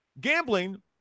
gambling